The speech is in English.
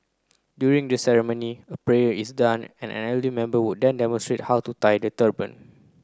during the ceremony a prayer is done and an elderly member would then demonstrate how to tie the turban